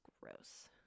gross